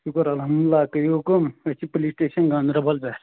شُکُر الحمدُاللہ کٔرِو حُکُم أسۍ چھِ پُلِس سِٹیٚشن گانٛدربَل پٮ۪ٹھ